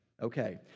Okay